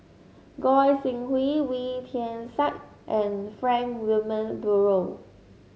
Goi Seng Hui Wee Tian Siak and Frank Wilmin Brewer